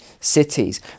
cities